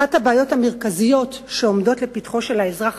אחת הבעיות המרכזיות שעומדות לפתחו של האזרח